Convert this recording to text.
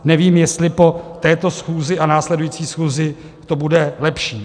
Nevím, jestli po této schůzi a následující schůzi to bude lepší.